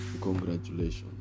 Congratulations